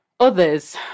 Others